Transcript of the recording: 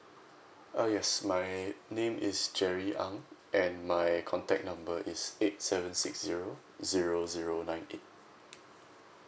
uh yes my name is jerry ang and my contact number is eight seven six zero zero zero nine eight